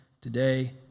today